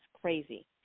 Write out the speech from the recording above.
crazy